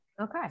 Okay